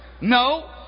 No